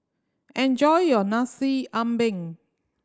enjoy your Nasi Ambeng